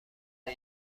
پله